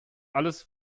alles